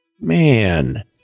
Man